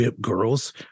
girls